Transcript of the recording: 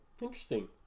Interesting